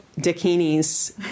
Dakinis